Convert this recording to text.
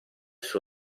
suo